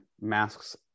masks